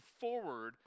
forward